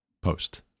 post